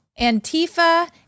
Antifa